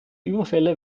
überfälle